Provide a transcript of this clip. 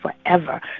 forever